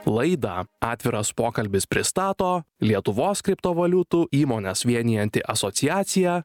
laidą atviras pokalbis pristato lietuvos kriptovaliutų įmones vienijanti asociacija